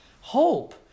Hope